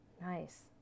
Nice